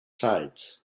sides